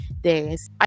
days